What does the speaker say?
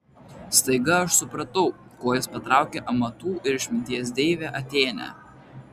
staiga aš supratau kuo jis patraukė amatų ir išminties deivę atėnę